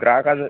ग्राहकाचं